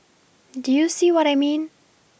do you see what I mean